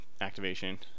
activation